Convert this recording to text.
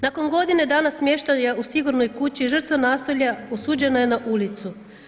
Nakon godine dana smještaja u sigurnoj kući, žrtva nasilja osuđena je na ulicu.